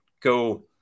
go